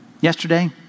Yesterday